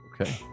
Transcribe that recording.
Okay